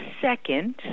second